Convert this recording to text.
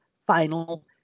final